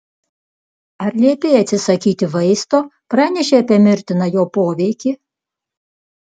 ar liepei atsisakyti vaisto pranešei apie mirtiną jo poveikį